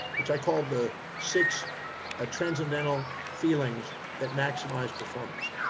which i call the six ah transcendental feelings that maximize performance.